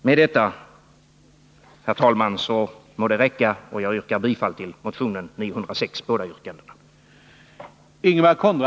Med detta, herr talman, må det räcka, och jag yrkar bifall till motion 906, båda yrkandena.